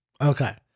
Okay